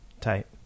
Tight